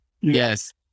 Yes